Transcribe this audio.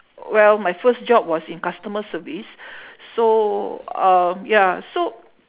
well my first job was in customer service so um ya so